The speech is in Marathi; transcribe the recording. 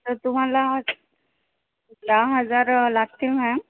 तर तुम्हाला दहा हजार लागतील मॅम